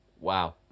Wow